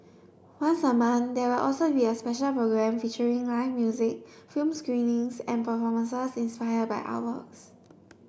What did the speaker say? once a month there will also be a special programme featuring live music film screenings and performances inspired by artworks